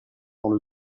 dans